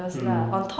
mm